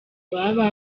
baba